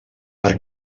per